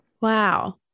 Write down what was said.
wow